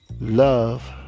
love